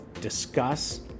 discuss